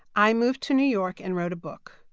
i moved to new york and wrote a book.